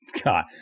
God